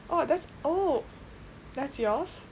oh that's oh that's yours